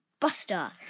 Buster